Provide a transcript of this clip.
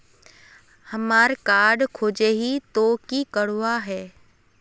हमार कार्ड खोजेई तो की करवार है?